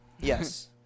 Yes